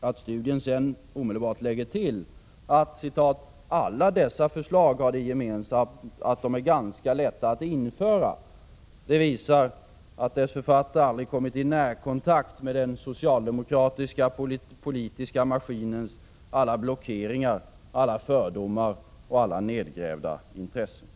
Att man omedelbart lägger till, att ”alla dessa förslag har det gemensamt att de är ganska lätta att införa” visar att studiens författare aldrig kommit i närkontakt med den socialdemokratiska politiska maskinens alla blockeringar, fördomar och nedgrävda intressen.